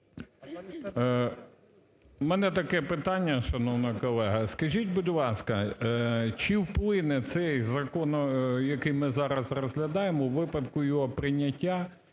В мене таке питання, шановна колега. Скажіть, будь ласка, чи вплине цей закон, який ми зараз розглядаємо, у випадку його прийняття,